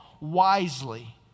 wisely